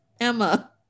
Emma